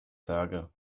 sage